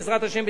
בעזרת השם,